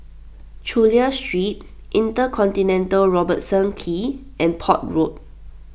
Chulia Street Intercontinental Robertson Quay and Port Road